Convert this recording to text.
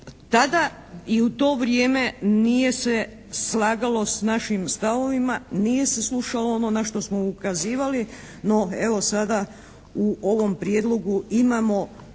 Tada i u to vrijeme nije se slagalo s našim stavovima, nije se slušalo ono na što smo ukazivali, no evo sada u ovom prijedlogu imamo